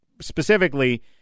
Specifically